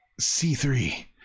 C3